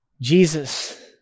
Jesus